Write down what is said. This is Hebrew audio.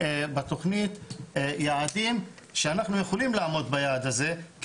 בתכנית יעדים שאנחנו יכולים לעמוד ביעד הזה,